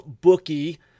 bookie